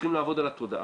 צריכים לעבוד על התודעה.